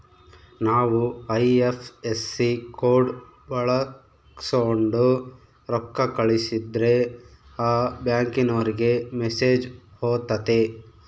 ನಾವು IFSC code ಬಳಕ್ಸೋಂಡು ರೊಕ್ಕ ಕಳಸಿದ್ರೆ ಆ ಬ್ಯಾಂಕಿನೋರಿಗೆ ಮೆಸೇಜ್ ಹೊತತೆ